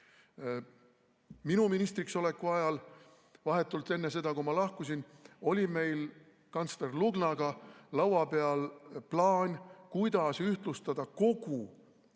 Minu ministriks oleku ajal, vahetult enne seda, kui ma lahkusin, oli meil kantsler Lugnaga laua peal plaan, kuidas ühtlustada kogu